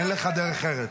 אין לך דרך ארץ.